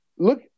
Look